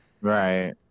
right